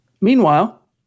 Meanwhile